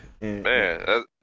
Man